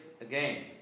again